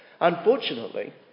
Unfortunately